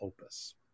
opus